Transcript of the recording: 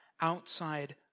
outside